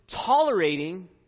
tolerating